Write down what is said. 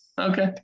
okay